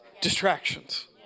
distractions